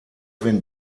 wenn